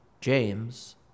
James